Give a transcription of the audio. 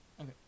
Okay